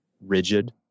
rigid